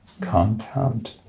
compound